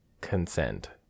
consent